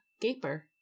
Gaper